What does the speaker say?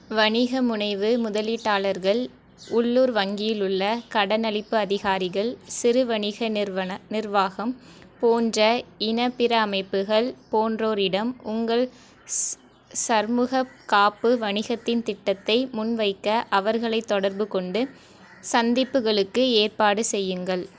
வணிக முனைவு முதலீட்டாளர்கள் உள்ளூர் வங்கியில் உள்ள கடன் அளிப்பு அதிகாரிகள் சிறு வணிக நிறுவன நிர்வாகம் போன்ற இன்னபிற அமைப்புகள் போன்றோரிடம் உங்கள் சர்மூக காப்பு வணிகத்தின் திட்டத்தை முன் வைக்க அவர்களை தொடர்பு கொண்டு சந்திப்புகளுக்கு ஏற்பாடு செய்யுங்கள்